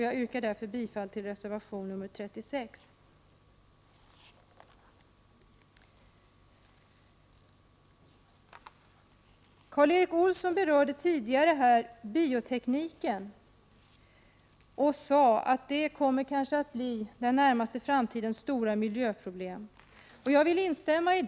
Jag yrkar därför bifall till reservation nr 36. Karl Erik Olsson berörde här tidigare biotekniken och sade att den kanske kommer att bli den närmaste framtidens stora miljöproblem. Jag instämmer i det.